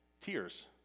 tears